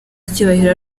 icyubahiro